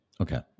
Okay